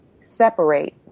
separate